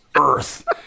earth